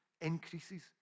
increases